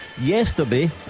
Yesterday